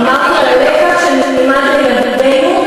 אמרתי על הלקח שנלמד לילדינו,